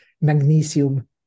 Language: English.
magnesium